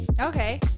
Okay